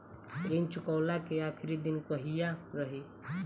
ऋण चुकव्ला के आखिरी दिन कहिया रही?